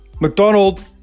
mcdonald